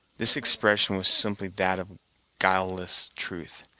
this expression was simply that of guileless truth,